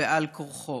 בעל כורחו,